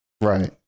Right